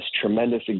tremendous